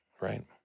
right